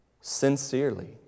Sincerely